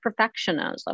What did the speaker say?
perfectionism